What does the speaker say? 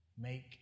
Make